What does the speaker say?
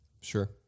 sure